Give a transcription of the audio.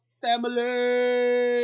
family